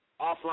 offline